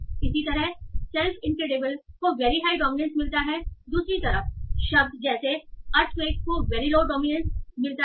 और इसी तरह सेल्फ इनक्रेडिबल को वेरी हाई डोमिनेंस मिलता है दूसरी तरफ शब्द जैसे अर्थक्वेक को वेरी लो डोमिनेंस मिलता है